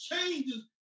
changes